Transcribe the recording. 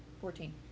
Fourteen